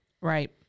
Right